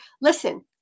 listen